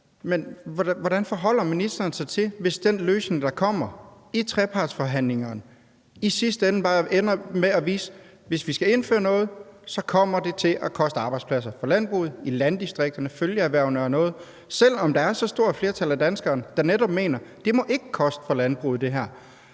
men hvordan forholder ministeren sig til det, hvis den løsning, der kommer i trepartsforhandlingerne, i sidste ende bare ender med, at det, hvis vi skal indføre noget, kommer til at koste arbejdspladser for landbruget, i landdistrikterne, følgeerhvervene osv., selv om der er så stort et flertal af danskerne, der netop mener, at det her ikke må koste for landbruget? Gør